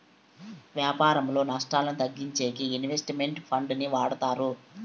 వ్యాపారంలో నష్టాలను తగ్గించేకి ఇన్వెస్ట్ మెంట్ ఫండ్ ని వాడతారు